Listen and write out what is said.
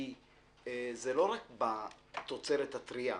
כי זה לא רק בתוצרת הטרייה.